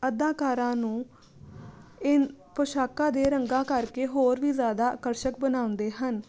ਅਦਾਕਾਰਾਂ ਨੂੰ ਇਹ ਪੋਸ਼ਾਕਾਂ ਦੇ ਰੰਗਾਂ ਕਰਕੇ ਹੋਰ ਵੀ ਜ਼ਿਆਦਾ ਆਕਰਸ਼ਕ ਬਣਾਉਂਦੇ ਹਨ